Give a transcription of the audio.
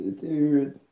Dude